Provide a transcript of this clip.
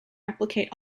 replicate